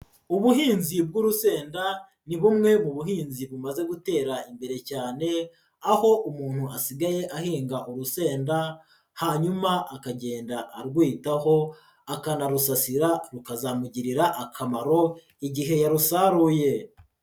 Ubuhinzi bw'urusenda ni bumwe mu buhinzi bumaze gutera imbere cyane, aho umuntu asigaye ahinga urusenda, hanyuma akagenda arwitaho, akanarusasira rukazamugirira akamaro igihe yarusaruye.